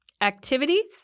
activities